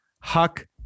Huck